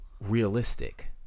realistic